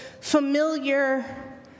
familiar